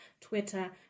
twitter